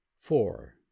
four